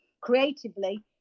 creatively